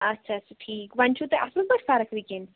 اَچھا اَچھا ٹھیٖک وۅنۍ چھُو تۄہہِ اَصٕل پٲٹھۍ فَرق وُنِکٮ۪ن